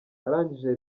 arangije